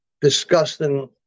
disgusting